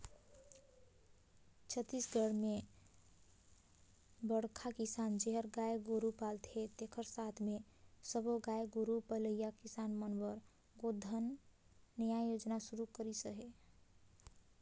छत्तीसगढ़ में बड़खा किसान जेहर गाय गोरू पालथे तेखर साथ मे सब्बो गाय गोरू पलइया किसान मन बर गोधन न्याय योजना सुरू करिस हे